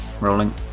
Rolling